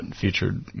featured –